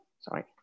sorry